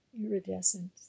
iridescent